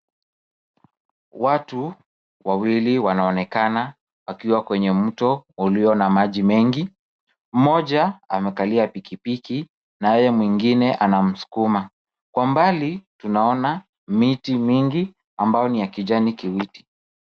Watu wawili wanaonekana wakiwa kwenye mto ulio na maji mengi. Mmoja amekalia pikipiki naye mwingine anamsukuma. Kwa mbali tunaona miti mingi ambayo ni ya kijani kibichi.